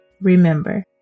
Remember